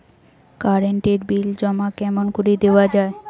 Current এর bill জমা কেমন করি দেওয়া যায়?